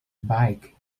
bike